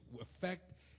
affect